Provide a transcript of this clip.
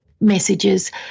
messages